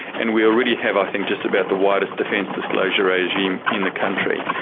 and we already have i think just about the widest defence disclosure regime in the country.